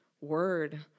word